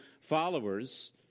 followers